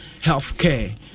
Healthcare